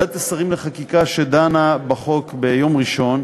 ועדת השרים לחקיקה שדנה בחוק ביום ראשון,